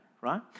Right